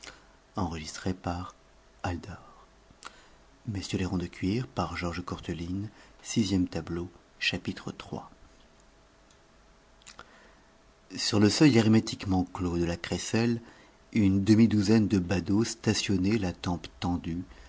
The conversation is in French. sur le seuil hermétiquement clos de la crécelle une demi-douzaine de badauds stationnaient la tempe tendue